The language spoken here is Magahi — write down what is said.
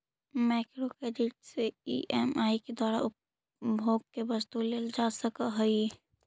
माइक्रो क्रेडिट से ई.एम.आई के द्वारा उपभोग के वस्तु लेल जा सकऽ हई